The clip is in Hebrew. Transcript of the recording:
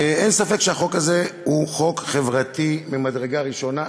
אין ספק שהחוק הזה הוא חוק חברתי ממדרגה ראשונה,